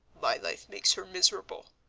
my life makes her miserable.